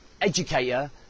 educator